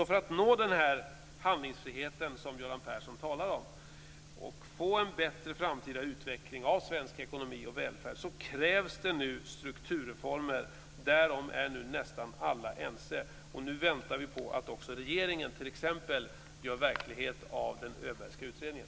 För att nå den handlingsfrihet som Göran Persson talar om och få en bättre framtida utveckling av svensk ekonomi och välfärd krävs det strukturreformer. Därom är nu nästan alla ense. Nu väntar vi på att regeringen t.ex. gör verklighet av den Öbergska utredningen.